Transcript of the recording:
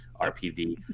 RPV